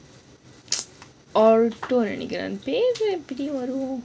ORTO நெனக்கிறேன் பேரு:nenakkiran peru